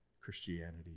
Christianity